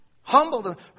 humbled